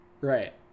Right